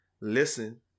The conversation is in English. Listen